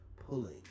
pulling